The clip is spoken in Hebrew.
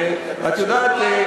הרי את יודעת,